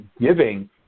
giving